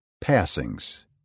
Passings